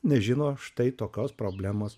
nežino štai tokios problemos